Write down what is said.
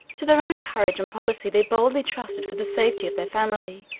to their own courage and policy they boldly trusted for the safety of their family,